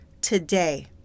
today